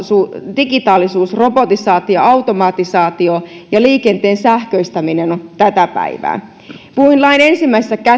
digitaalisuus robotisaatio automatisaatio ja liikenteen sähköistäminen on tätä päivää puhuin lain ensimmäisessä